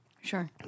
Sure